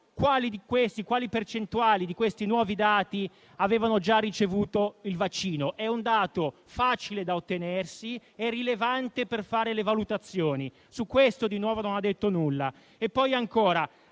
quale percentuale di loro avevano già ricevuto il vaccino. È un dato facile da ottenersi e rilevante per fare le valutazioni. Su questo, di nuovo, non ha detto nulla.